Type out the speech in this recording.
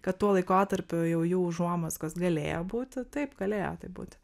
kad tuo laikotarpiu jau jų užuomazgos galėjo būti taip galėjo taip būti